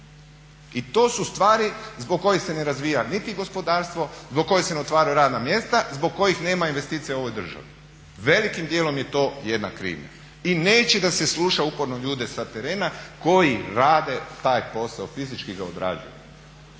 I to su stvari zbog kojih se ne razvija niti gospodarstvo, zbog kojih se ne otvaraju radna mjesta, zbog kojih nema investicija u ovoj državi. Velikim dijelom je to jedna krivnja i neće da se sluša uporno ljude sa terena koji rade taj posao, fizički ga odrađuju.